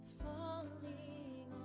falling